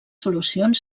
solucions